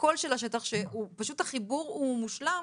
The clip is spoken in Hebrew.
הקול של השטח כשפשוט החיבור הוא מושלם.